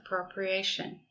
appropriation